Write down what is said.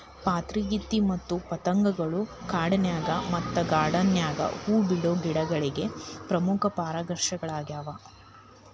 ಪಾತರಗಿತ್ತಿ ಮತ್ತ ಪತಂಗಗಳು ಕಾಡಿನ್ಯಾಗ ಮತ್ತ ಗಾರ್ಡಾನ್ ನ್ಯಾಗ ಹೂ ಬಿಡೋ ಗಿಡಗಳಿಗೆ ಪ್ರಮುಖ ಪರಾಗಸ್ಪರ್ಶಕಗಳ್ಯಾವ